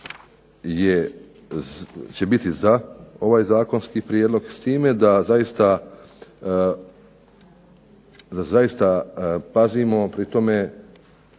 će biti za ovaj Zakonski prijedlog s time da zaista pazimo pri tome